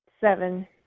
Seven